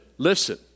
Listen